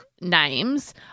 names